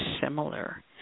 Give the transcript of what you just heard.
similar